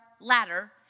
ladder